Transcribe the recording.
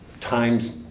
Times